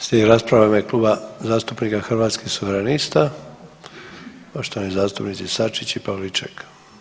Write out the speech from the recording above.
Slijedi rasprava u ime Kluba zastupnika Hrvatskih suverenista, poštovani zastupnici Sačić i Pavliček.